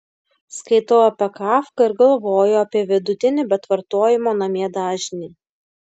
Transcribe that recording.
skaitau apie kafką ir galvoju apie vidutinį bet vartojimo namie dažnį